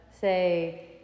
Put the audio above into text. say